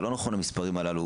המספרים הללו לא נכונים,